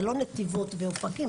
זה לא נתיבות ואופקים.